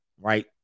Right